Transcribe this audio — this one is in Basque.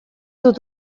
dut